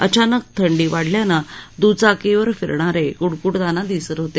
अचानक थंडी वाढल्यानं द्चाकीवर फिरणारे क्डकूडताना दिसत होते